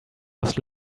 was